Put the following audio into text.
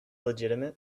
legitimate